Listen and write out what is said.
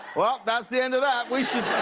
well, that's the end of that. we should